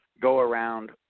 go-around